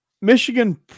Michigan